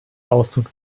ausdruck